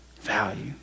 Value